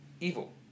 evil